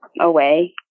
away